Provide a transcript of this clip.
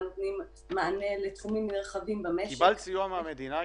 נותנים מענה לתחומים נרחבים במשק --- קיבלת סיוע מהמדינה,